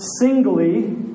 singly